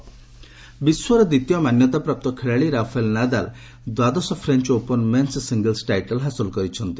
French Open ବିଶ୍ୱର ଦ୍ୱିତୀୟ ମାନ୍ୟତାପ୍ରାପ୍ତ ଖେଳାଳି ରାଫେଲ୍ ନାଦାଲ ଦ୍ୱାଦଶ French Open men's singles title ହାସଲ କରିଛନ୍ତି